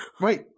Wait